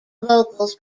vocals